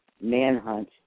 manhunt